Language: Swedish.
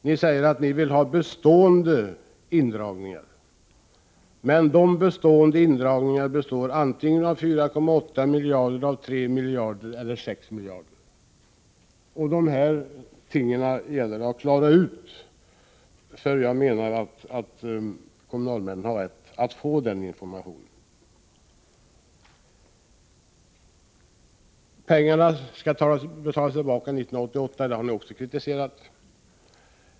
Ni säger att ni vill ha bestående indragningar, men dessa bestående indragningar uppgår antingen till 4,8 miljarder, 3 miljarder eller 6 miljarder. De här tingen gäller det att klara ut, för jag menar att kommunalmännen har rätt att få den informationen. Att pengarna enligt vårt förslag skall betalas tillbaka 1988 har ni också kritiserat.